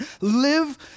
live